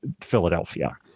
Philadelphia